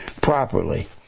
properly